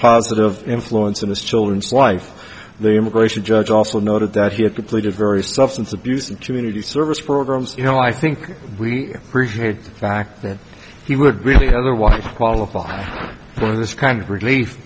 positive influence in this children's life the immigration judge also noted that he had completed very substance abuse and two hundred service programs you know i think we appreciate the fact that he would really have a wife qualified for this kind of relief